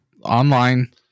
online